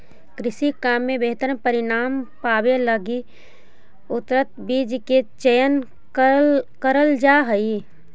कृषि काम में बेहतर परिणाम पावे लगी उन्नत बीज के चयन करल जा हई